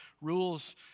rules